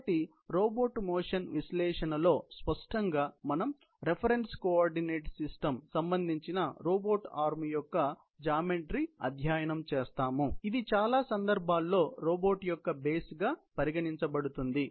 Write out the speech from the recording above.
కాబట్టి robot motion విశ్లేషణలో స్పష్టంగా మనము రిఫరెన్స్ కోఆర్డినేట్ సిస్టమ్కి సంబంధించిన రోబోట్ ఆర్మ్ యొక్క జామెట్రీ అధ్యయనం చేస్తాము ఇది చాలా సందర్భాలలో రోబోట్ యొక్క బేస్ గా పరిగణించబడుతుంది